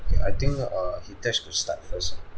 ya I think uh hitesh will start first ah